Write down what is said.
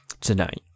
tonight